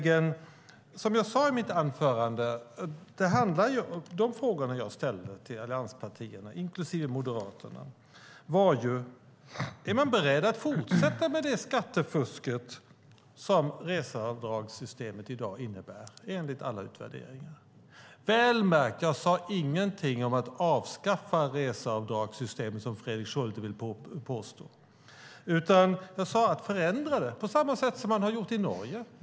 De frågor jag i mitt anförande ställde till allianspartierna, inklusive Moderaterna, var om de är beredda att fortsätta med det skattefusk som reseavdragssystemet enligt alla utvärderingar i dag innebär? Märk väl att jag inte sade någonting om att avskaffa reseavdragssystemet, som Fredrik Schulte vill påskina, utan jag föreslog att det ska ändras på samma sätt som skett i Norge.